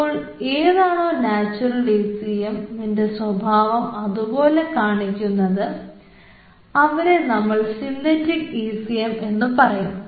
അപ്പോൾ ഏതാണോ നാച്ചുറൽ ഇസിഎംന്റെ സ്വഭാവം അതുപോലെ കാണിക്കുന്നത് അവരെ നമ്മൾ സിന്തറ്റിക് ഈസിഎം എന്നു പറയുന്നു